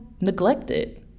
neglected